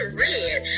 red